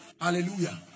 hallelujah